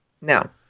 No